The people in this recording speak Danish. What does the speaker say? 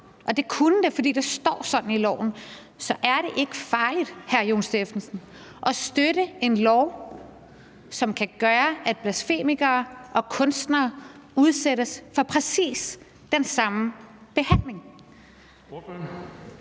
og det kunne det, fordi det står sådan i loven. Så er det ikke farligt, hr. Jon Stephensen, at støtte et lovforslag, der kan betyde, at blasfemikere og kunstnere udsættes for præcis den samme behandling?